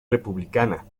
republicana